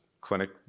clinic